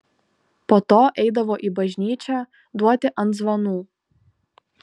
po to eidavo į bažnyčią duoti ant zvanų